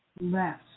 less